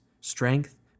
strength